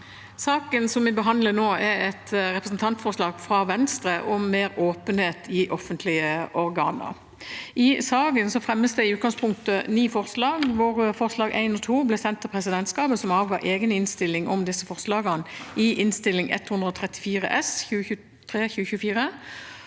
Sa- ken vi behandler nå, er et representantforslag fra Venstre om mer åpenhet i offentlige organer. I saken fremmes det i utgangspunktet ni forslag, hvor forslagene nr. 1 og 2 ble sendt til presidentskapet, som avga egen innstilling om disse forslagene i Innst. 134 S for